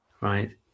right